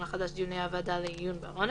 החדש) (דיוני הוועדה לעיון בעונש),